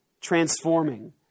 transforming